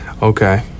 Okay